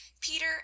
Peter